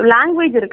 Language